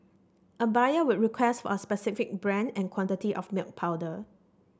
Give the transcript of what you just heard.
a buyer would request for a specific brand and quantity of milk powder